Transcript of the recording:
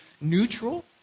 neutral